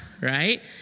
Right